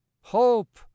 Hope